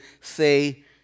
say